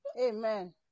Amen